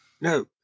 No